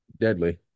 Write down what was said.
deadly